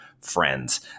friends